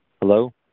Hello